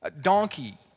Donkey